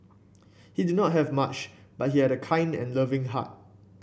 he did not have much but he had a kind and loving heart